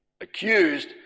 accused